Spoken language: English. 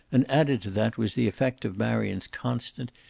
and added to that was the effect of marion's constant,